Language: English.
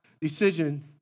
decision